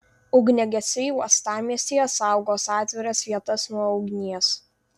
ugniagesiai uostamiestyje saugos atviras vietas nuo ugnies